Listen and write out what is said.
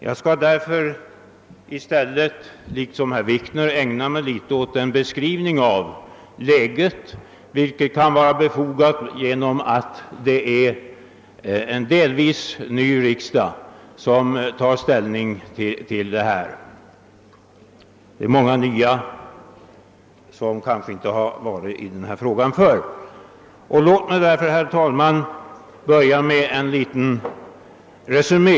Jag skall därför i likhet med herr Wikner i stället ägna mig åt att ge en beskrivning av det rådande läget, vilket kan vara befogat eftersom den riksdag som skall ta ställning till ärendet delvis är förnyad och alltså har ledamöter som måhända inte tidigare studerat den här frågan. Låt mig därför börja med en liten resumé!